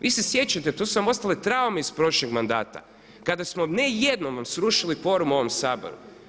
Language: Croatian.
Vi se sjećate, tu su nam ostale traume iz prošlih mandata, kada smo ne jednom vam srušili kvorum u ovom Saboru.